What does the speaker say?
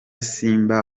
simba